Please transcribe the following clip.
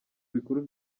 bikuru